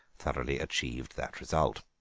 thoroughly achieved that result.